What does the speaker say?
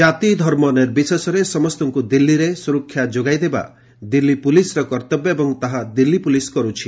କାତି ଧର୍ମ ନିର୍ବିଶେଷରେ ସମସ୍ତଙ୍କୁ ଦିଲ୍ଲୀରେ ସୁରକ୍ଷା ଯୋଗାଇଦେବା ପାଇଁ ଦିଲ୍ଲୀ ପୋଲିସ୍ର କର୍ତ୍ତବ୍ୟ ଏବଂ ତାହା ଦିଲ୍ଲୀ ପୋଲିସ୍ କରୁଛି